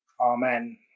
Amen